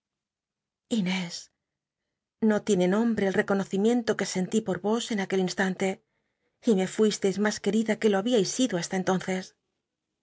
no tiene nombrc el rcconocimiento que sentí por vos en aquel instante y me fuisteis mas querida que lo habíais sido hast en